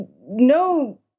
no